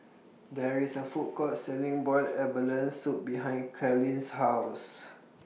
There IS A Food Court Selling boiled abalone Soup behind Kalene's House